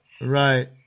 Right